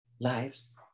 lives